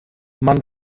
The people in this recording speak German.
man